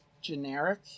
generic